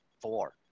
Four